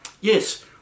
Yes